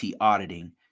auditing